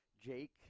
Jake